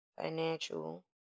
financial